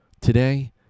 today